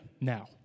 Now